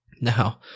Now